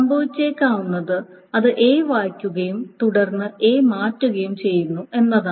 സംഭവിച്ചേക്കാവുന്നത് അത് A വായിക്കുകയും തുടർന്ന് A മാറ്റുകയും ചെയ്യുന്നു എന്നതാണ്